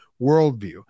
worldview